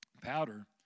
powder